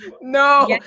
no